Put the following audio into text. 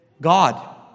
God